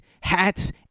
hats